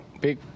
big